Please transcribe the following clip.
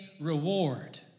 reward